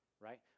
right